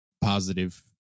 positive